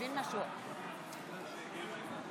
(קוראת בשמות חברי הכנסת)